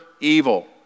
evil